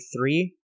three